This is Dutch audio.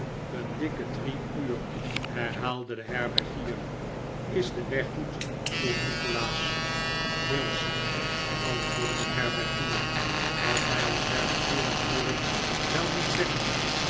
een dikke drie uur herhaalde de herbergier is de weg goed vroeg nikolaas heel slecht antwoordde de herbergier wat hij als herbergier natuurlijk wel moest zeggen